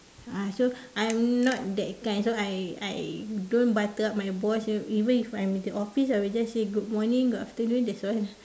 ah so I'm not that kind so I I don't butter up my boss even if I'm in the office I will just say good morning good afternoon that's all